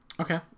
okay